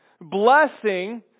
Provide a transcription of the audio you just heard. blessing